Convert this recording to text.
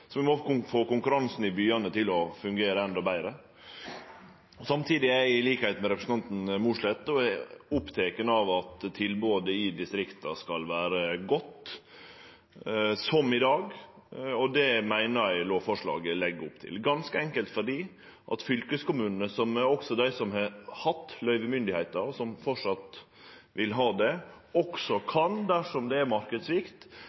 vi må få konkurransen i byane til å fungere endå betre. Samtidig er eg til liks med representanten Mossleth oppteken av at tilbodet i distrikta skal vere godt, som i dag. Det meiner eg lovforslaget legg opp til, ganske enkelt fordi fylkeskommunane, som har hatt løyvemyndigheita og framleis vil ha det, også